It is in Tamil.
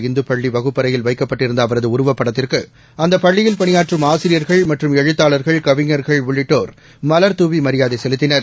இந்துப் பள்ளி வகுப்பறையில் வைக்கப்பட்டிருந்த அவரது உருவப் படத்திற்கு அந்தப் பள்ளியில பணியாற்றும் ஆசிரியர்கள் மற்றும் எழுத்தாளர்கள் கவிஞர்கள் உள்ளிட்டோர் மலர்தூவி மரியாதை செலுத்தினர்